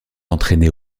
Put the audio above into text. entraînés